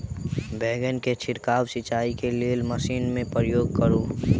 बैंगन केँ छिड़काव सिचाई केँ लेल केँ मशीन केँ प्रयोग करू?